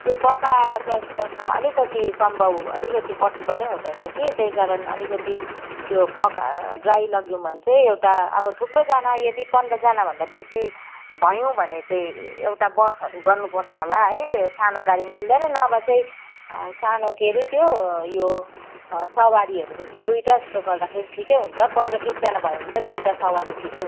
त्यो पकाएर चाहिँ अहिले बर्खामा अलिकति सम्भव अलिकति पोसिबलै हुँदैन कि त्यही कारण अलिकति त्यो पका ड्राइ लग्यौँ भने चाहिँ एउटा अब थुप्रोजना यदि पन्ध्रजनाभन्दा बेसी भयौँ भने चाहिँ एउटा बसहरू गर्नुपर्छ होला है सानो गाडीमा मिल्दैन नभए चाहिँ सानो के हरे त्यो यो सवारीहरू जस्तो दुईवटा जस्तो गर्दाखेरि ठिकै हुन्छ पन्ध्र बिसजाना भयो भने त दुईवटा सवारी ठिकै हुन्छ